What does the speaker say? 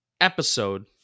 episode